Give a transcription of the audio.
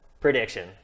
prediction